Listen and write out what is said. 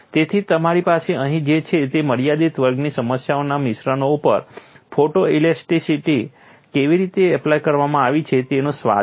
તેથી તમારી પાસે અહીં જે છે તે મર્યાદિત વર્ગની સમસ્યાઓના મિશ્રણો ઉપર ફોટોઇલાસ્ટિકિટી કેવી રીતે એપ્લાય કરવામાં આવી છે તેનો સ્વાદ છે